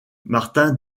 martin